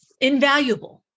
Invaluable